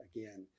Again